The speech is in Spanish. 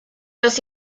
los